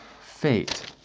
fate